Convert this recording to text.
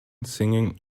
singing